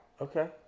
Okay